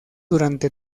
durante